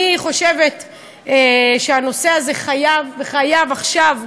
אני חושבת שהנושא הזה חייב עכשיו,